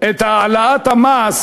העלאת המס